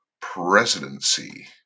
presidency